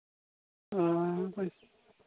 ᱚᱻ